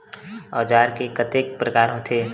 औजार के कतेक प्रकार होथे?